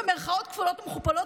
במירכאות כפולות ומכופלות,